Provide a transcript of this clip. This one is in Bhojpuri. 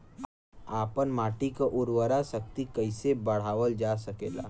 आपन माटी क उर्वरा शक्ति कइसे बढ़ावल जा सकेला?